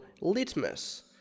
Litmus